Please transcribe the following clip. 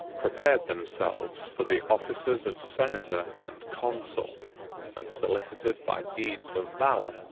prepared themselves for the offices of senator and consul and solicited, by deeds of valor,